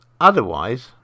otherwise